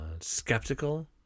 skeptical